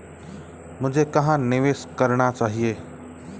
मुझे कहां निवेश करना चाहिए?